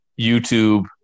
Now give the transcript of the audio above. YouTube